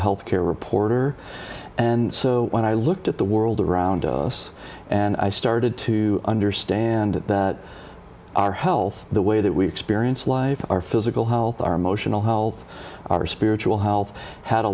health care reporter and so when i looked at the world around us and i started to understand that our health the way that we experience life our physical health our emotional health our spiritual health had a